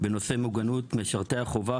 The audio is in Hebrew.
בנושא מוגנות משרתי החובה,